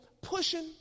pushing